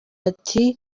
ati